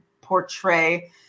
portray